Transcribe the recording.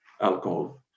alcohol